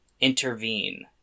intervene